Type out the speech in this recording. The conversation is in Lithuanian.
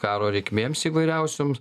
karo reikmėms įvairiausioms